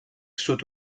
sud